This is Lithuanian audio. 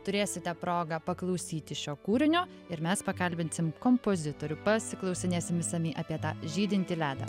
turėsite progą paklausyti šio kūrinio ir mes pakalbinsim kompozitorių pasiklausinėsim išsamiai apie tą žydintį ledą